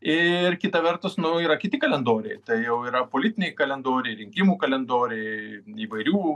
ir kita vertus nu yra kiti kalendoriai tai jau yra politiniai kalendoriai rinkimų kalendoriai įvairių